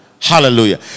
Hallelujah